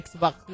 Xbox